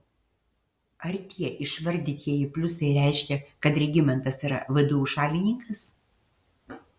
ar tie išvardytieji pliusai reiškia kad regimantas yra vdu šalininkas